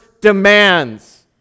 demands